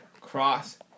Cross